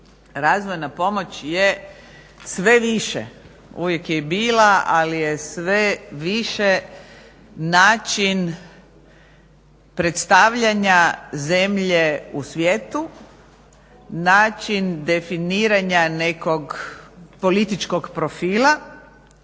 razvojna pomoć je sve više, uvijek je i bila, ali je sve više način predstavljanja zemlje u svijetu, način definiranja nekog političkog profila,